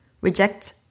reject